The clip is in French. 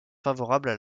favorables